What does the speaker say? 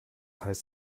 heißt